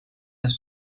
les